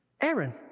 Aaron